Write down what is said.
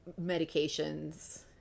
medications